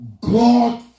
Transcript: God